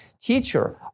teacher